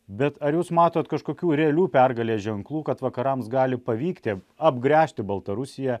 bet ar jūs matot kažkokių realių pergalės ženklų kad vakarams gali pavykti apgręžti baltarusiją